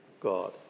God